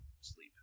sleep